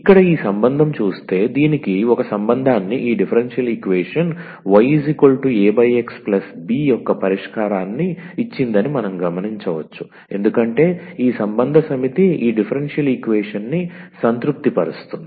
ఇక్కడ ఈ సంబంధం చూస్తే దీనికి ఒక సంబంధాన్ని ఈ డిఫరెన్షియల్ ఈక్వేషన్ yAxBయొక్క పరిష్కారం ఇచ్చిందని మనం గమనించవచ్చు ఎందుకంటే ఈ సంబంధ సమితి ఈ డిఫరెన్షియల్ ఈక్వేషన్ని సంతృప్తిపరుస్తుంది